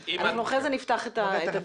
אחר כך אנחנו נפתח את הדיון.